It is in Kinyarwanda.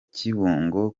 kibungo